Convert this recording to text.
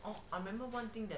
oh I remember one thing that